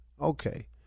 okay